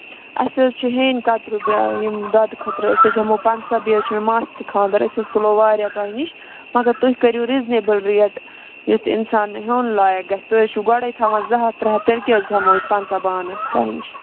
اَسہِ حظ چھِ ہیٚنۍ کَتریو یِم دۄدٕ خٲطرٕ أسۍ حظ ہیٚمَو پنٛژاہ بیٚیہِ حظ چھُ مےٚ ماسہِ تہِ خانٛدر أسۍ حظ تُلَو واریاہ تۄہہِ نِش مَگر تُہۍ کٔریو رِزنیبٕل ریٹ یُتھ اِنسان ہیٚون لایَق گژھِ تُہۍ حظ چھِو گۄڈَے تھاوان زٕ ہَتھ ترٛےٚ ہَتھ تیٚلہِ کیٛاہ حظ ہیٚمو أسۍ پنٛژاہ بانہٕ تۄہہِ نِش